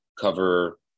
cover